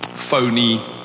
phony